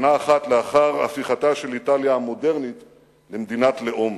שנה אחת לאחר הפיכתה של איטליה המודרנית למדינת לאום.